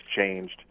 changed